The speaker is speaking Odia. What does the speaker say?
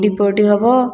ଡିପୋଜିଟ୍ ହେବ